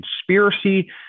conspiracy